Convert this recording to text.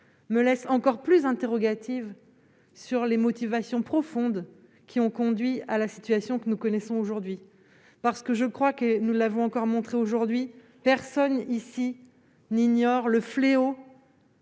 me laisse encore plus interrogative sur les motivations profondes qui ont conduit à la situation que nous connaissons aujourd'hui, parce que je crois que nous l'avons encore montré aujourd'hui personne ici n'ignore le fléau.